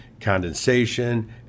condensation